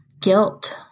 guilt